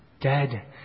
dead